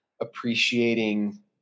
appreciating